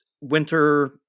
winter